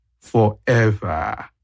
forever